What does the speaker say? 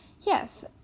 yes